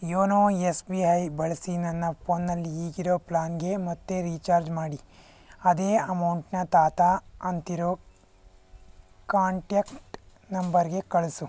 YONO S B I ಬಳಸಿ ನನ್ನ ಫೋನಲ್ಲಿ ಈಗಿರೋ ಪ್ಲಾನ್ಗೇ ಮತ್ತೆ ರೀಚಾರ್ಜ್ ಮಾಡಿ ಅದೇ ಅಮೌಂಟ್ನ ತಾತ ಅಂತಿರೋ ಕಾಂಟ್ಯಾಕ್ಟ್ ನಂಬರ್ಗೆ ಕಳಿಸು